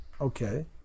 Okay